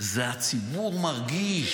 זה הציבור מרגיש.